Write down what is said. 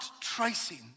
tracing